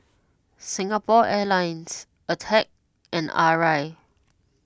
Singapore Airlines Attack and Arai